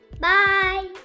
Bye